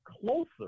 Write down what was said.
closer